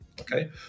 Okay